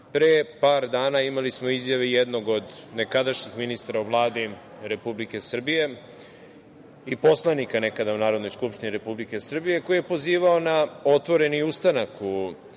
Pre par dana imali smo i izjave jednog od nekadašnjih ministara u Vladi Republike Srbije i poslanika nekada u Narodnoj skupštini Republike Srbije koji je pozivao na otvoreni ustanak u